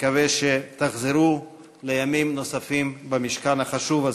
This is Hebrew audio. נקווה שתחזרו לימים נוספים במשכן החשוב הזה.